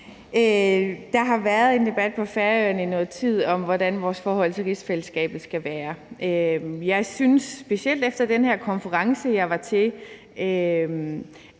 Der har været en debat på Færøerne i noget tid om, hvordan vores forhold til rigsfællesskabet skal være. Jeg synes, specielt efter den her konference, jeg var til,